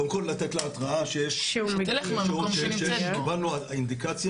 קודם כל לתת לה התראה שקיבלנו אינדיקציה